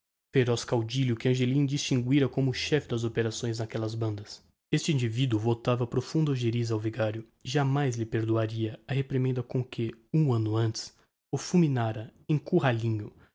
caudilho que angelim distinguira como chefe das operações n'aquellas bandas este individuo votava profunda ogerisa ao vigario jamais lhe perdoaria a reprimenda com que um anno antes o fulminara em